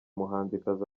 muhanzikazi